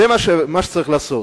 זה מה שצריך לעשות.